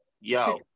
yo